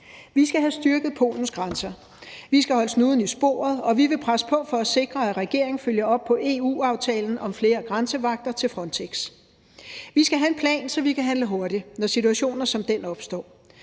Vi skal have styrket Polens grænser. Vi skal holde snuden i sporet, og vi vil presse på for at sikre, at regeringen følger op på EU-aftalen om flere grænsevagter til Frontex. Vi skal have en plan, så vi kan handle hurtigt, når lignende situationer opstår.